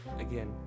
again